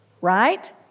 Right